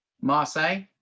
Marseille